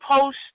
post